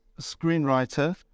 screenwriter